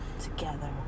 together